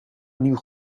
nieuw